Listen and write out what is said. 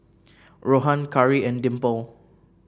Rohan Karri and Dimple